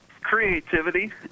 creativity